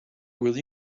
will